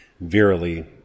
Verily